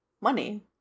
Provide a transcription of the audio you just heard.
money